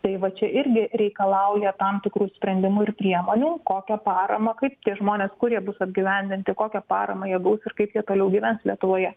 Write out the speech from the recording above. tai va čia irgi reikalauja tam tikrų sprendimų ir priemonių kokią paramą kaip tie žmonės kur jie bus apgyvendinti kokią paramą jie gaus ir kaip jie toliau gyvens lietuvoje